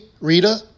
Rita